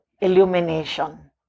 Illumination